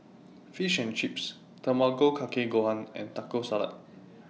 Fish and Chips Tamago Kake Gohan and Taco Salad